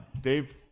Dave